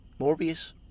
Morbius